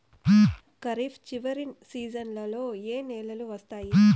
ఖరీఫ్ చివరి సీజన్లలో ఏ నెలలు వస్తాయి?